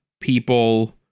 people